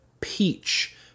Peach